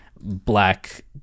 black